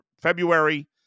February